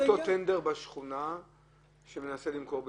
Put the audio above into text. לדוגמה ניקח את אותו טנדר בשכונה שמנסה למכור ביצים.